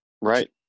Right